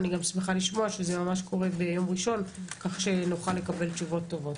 אני גם שמחה לשמוע שזה קורה ממש ביום ראשון כך שנוכל לקבל תשובות טובות.